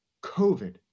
COVID